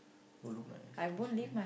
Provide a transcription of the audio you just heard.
will look nice trust me